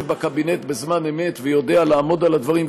בקבינט בזמן אמת ויודע לעמוד על הדברים,